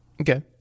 Okay